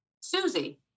Susie